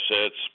assets